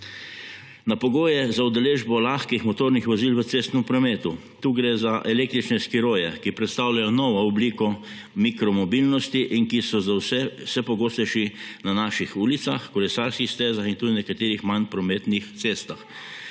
na pogoje za udeležbo lahkih motornih vozil v cestnem prometu – tu gre za električne skiroje, ki predstavljajo novo obliko mikromobilnosti in ki so vse pogostejši na naših ulicah, kolesarskih stezah in tudi nekaterih manj prometnih cestah